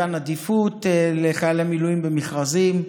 מתן עדיפות לחיילי מילואים במכרזים,